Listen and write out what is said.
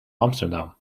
amsterdam